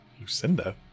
Lucinda